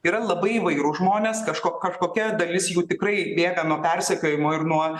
yra labai įvairūs žmonės kažko kažkokia dalis jų tikrai bėga nuo persekiojimo ir nuo